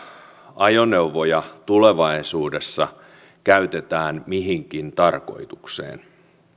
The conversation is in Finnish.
ajoneuvoja tulevaisuudessa käytetään mihinkin tarkoitukseen